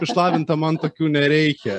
išlavinta man tokių nereikia